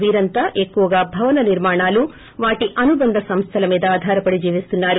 వీరంతా ఎక్కువగా భవన నిర్మాణాలు వాటి అనుబంధ సంస్థలు మీద ఆధారపడి జీవిస్తున్నారు